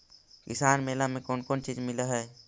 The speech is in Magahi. किसान मेला मे कोन कोन चिज मिलै है?